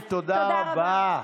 תודה רבה.